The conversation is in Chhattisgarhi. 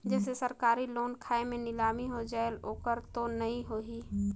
जैसे सरकारी लोन खाय मे नीलामी हो जायेल ओकर तो नइ होही?